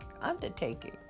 undertaking